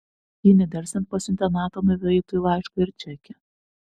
ji nedelsiant pasiuntė natanui veitui laišką ir čekį